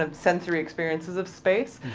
ah sensory experiences of space.